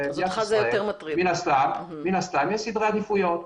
אז מן הסתם יש סדרי עדיפויות.